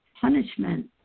punishment